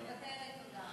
מוותרת, תודה.